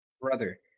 Brother